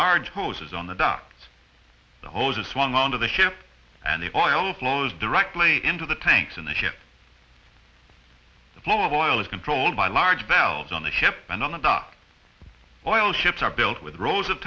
large hoses on the docks the hoses swung on to the ship and the oil flows directly into the tanks in the ship the flow of oil is controlled by large valves on the ship and on the dock oil ships are built with rows of